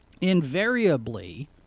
invariably